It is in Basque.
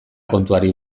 kontuari